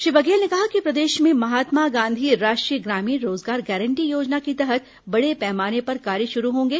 श्री बघेल ने कहा कि प्रदेश में महात्मा गांधी राष्ट्रीय ग्रामीण रोजगार गारंटी योजना के तहत बड़े पैमाने पर कार्य शुरू होंगे